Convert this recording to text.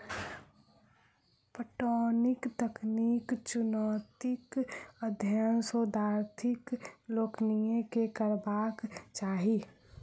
पटौनीक तकनीकी चुनौतीक अध्ययन शोधार्थी लोकनि के करबाक चाही